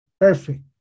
Perfect